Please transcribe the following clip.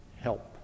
help